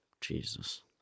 Jesus